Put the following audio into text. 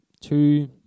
two